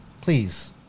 Please